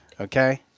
Okay